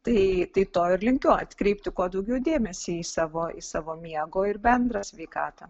tai tai to ir linkiu atkreipti kuo daugiau dėmesio į savo į savo miego ir bendrą sveikatą